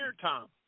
Tom